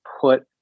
put